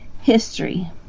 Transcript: history